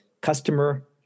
customer